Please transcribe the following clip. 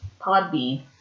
Podbean